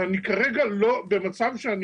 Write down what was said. אני כרגע במצב שאני